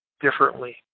differently